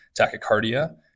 tachycardia